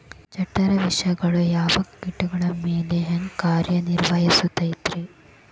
ಜಠರ ವಿಷಗಳು ಯಾವ ಕೇಟಗಳ ಮ್ಯಾಲೆ ಹ್ಯಾಂಗ ಕಾರ್ಯ ನಿರ್ವಹಿಸತೈತ್ರಿ?